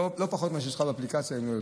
זה לא פחות ממה שיש לך באפליקציה אם לא יותר.